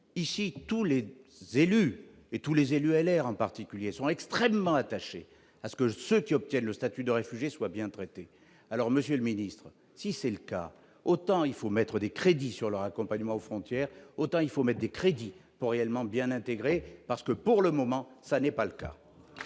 ici tous les 2 élus et tous les élus LR en particulier sont extrêmement attachés à ce que ceux qui obtiennent le statut de réfugié soit bien traité, alors Monsieur le ministre, si c'est le cas, autant il faut mettre des crédits sur leur accompagnement aux frontières, autant il faut des crédits pour réellement bien intégré, parce que pour le moment ça n'est pas le cas.